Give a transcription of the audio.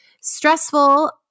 stressful